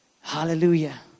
Hallelujah